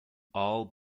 all